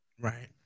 Right